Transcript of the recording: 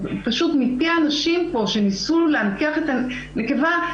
פשוט מפי האנשים פה שניסו להנכיח את הנקבה,